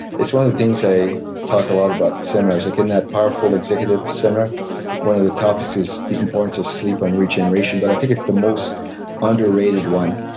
it's one of the things i talk a lot about at seminars, like in that powerful executive seminar one of the topics is the importance of sleep on regeneration. but i think it's the most underrated one.